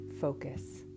Focus